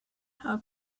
how